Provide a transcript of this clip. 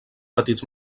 petits